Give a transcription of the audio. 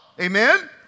Amen